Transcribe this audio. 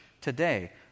today